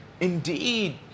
indeed